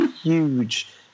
huge